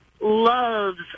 loves